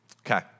Okay